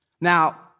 Now